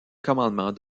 commandement